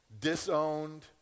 disowned